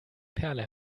perle